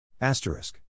Asterisk